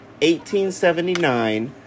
1879